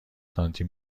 سانتی